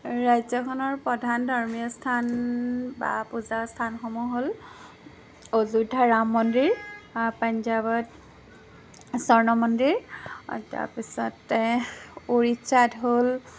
ৰাজ্যখনৰ প্ৰধান ধৰ্মীয় স্থান বা পূজা স্থানসমূহ হ'ল অযোধ্যা ৰাম মন্দিৰ পাঞ্জাৱত স্বৰ্ণ মন্দিৰ তাৰপিছতে উৰিষ্যাত হ'ল